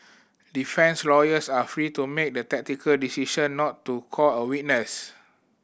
defence lawyers are free to make the tactical decision not to call a witness